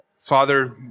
Father